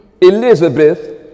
Elizabeth